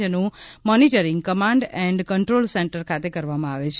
જેનું monitoring command and control centre ખાતે કરવામાં આવે છે